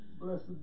Blessed